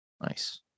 nice